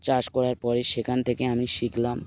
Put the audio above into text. চাষ করার পরে সেখান থেকে আমি শিখলাম